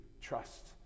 trust